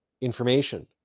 information